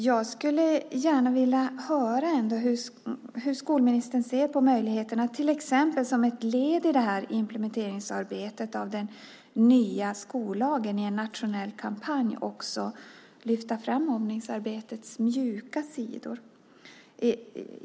Jag skulle ändå gärna vilja höra hur skolministern ser på möjligheten att som ett led i implementeringsarbetet av den nya skollagen till exempel i en nationell kampanj lyfta fram mobbningsarbetets mjuka sidor.